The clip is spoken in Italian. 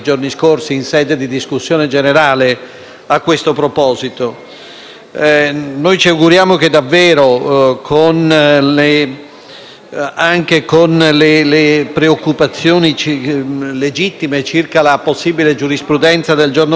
Ci auguriamo che davvero, anche con le preoccupazioni legittime circa la possibile giurisprudenza del giorno dopo, questo non diventi l'articolo della rupe Tarpea,